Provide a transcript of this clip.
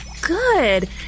good